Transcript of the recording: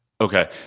Okay